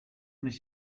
nicht